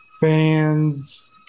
fans